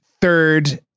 third